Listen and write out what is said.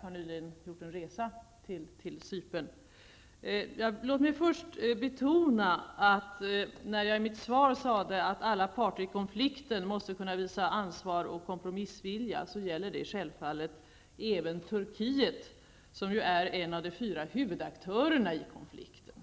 han nyligen har gjort en resa till Cypern. Låt mig först betona att det som står i mitt svar om att alla parter i konflikten måste kunna visa ansvar och kompromissvilja självfallet gäller även Turkiet, som ju är en av de fyra huvudaktörerna i konflikten.